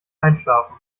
einschlafen